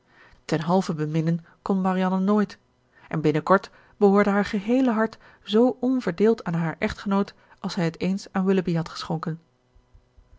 ten halve beminnen kon marianne nooit en binnenkort behoorde haar geheele hart zoo onverdeeld aan haren echtgenoot als zij het eens aan willoughby had geschonken